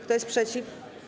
Kto jest przeciw?